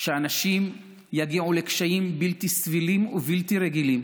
שאנשים יגיעו לקשיים בלתי נסבלים ובלתי רגילים.